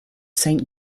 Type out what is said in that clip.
saint